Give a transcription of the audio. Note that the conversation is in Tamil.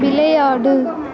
விளையாடு